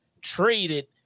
traded